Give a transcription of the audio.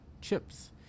chips